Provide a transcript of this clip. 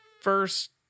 first